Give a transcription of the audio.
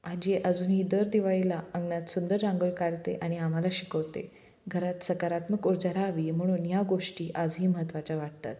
आजी अजूनही दर दिवाळीला अंगनात सुंदर रांगोळी काढते आणि आम्हाला शिकवते घरात सकारात्मक ऊर्जा राहावी म्हणून या गोष्टी आजही महत्त्वाच्या वाटतात